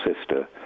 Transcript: sister